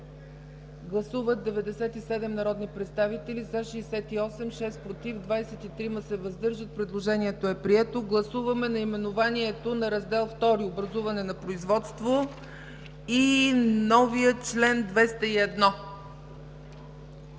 Гласували 97 народни представители: за 68, против 6, въздържали се 23. Предложението е прието. Гласуваме наименованието на Раздел II „Образуване на производство” и новия чл. 201